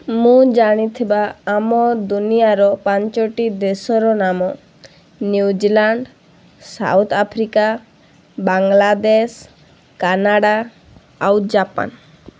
ମୁଁ ଜାଣିଥିବା ଆମ ଦୁନିଆର ପାଞ୍ଚଟି ଦେଶର ନାମ ନିଉଜିଲ୍ୟାଣ୍ଡ ସାଉଥଆଫ୍ରିକା ବାଙ୍ଗଲାଦେଶ କାନାଡ଼ା ଆଉ ଜାପାନ